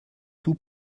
tout